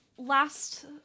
Last